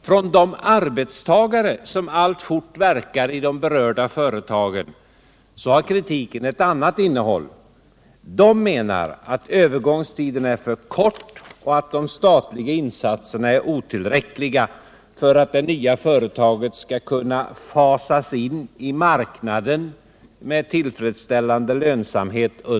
Från de arbetstagare som alltjämt verkar i de berörda företagen kommer ett annat slags kritik. De menar att övergångstiden är för kort och att de statliga insatserna är otillräckliga för att det nya företaget under en tvåårsperiod skall kunna fasas in i marknaden med tillfredsställande lönsamhet.